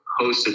hosted